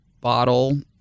bottle